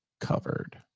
covered